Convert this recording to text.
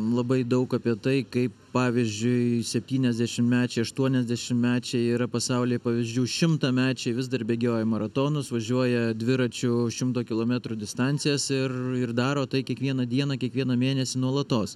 labai daug apie tai kaip pavyzdžiui septyniasdešimtmečiai aštuoniasdešimtmečiai yra pasaulyje pavyzdžių šimtamečiai vis dar bėgioja maratonus važiuoja dviračiu šimto kilometrų distancijas ir ir daro tai kiekvieną dieną kiekvieną mėnesį nuolatos